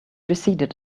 receded